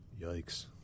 Yikes